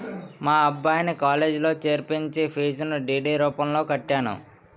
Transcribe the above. మా అబ్బాయిని కాలేజీలో చేర్పించి ఫీజును డి.డి రూపంలో కట్టాను